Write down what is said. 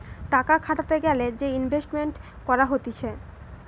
টাকা খাটাতে গ্যালে যে ইনভেস্টমেন্ট করা হতিছে